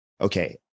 okay